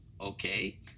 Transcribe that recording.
okay